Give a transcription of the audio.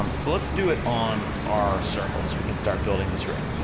um so let's do it on our circle, so we can start building this rig.